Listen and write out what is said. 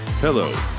Hello